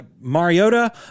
Mariota